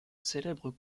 célèbres